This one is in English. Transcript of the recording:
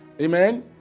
Amen